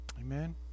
Amen